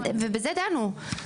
ובזה דנו.